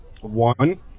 One